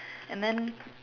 an then